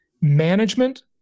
management